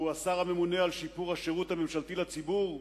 השר הממונה על שיפור השירות הממשלתי לציבור,